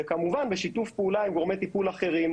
וכמובן בשיתוף פעולה גם גורמי טיפול אחרים,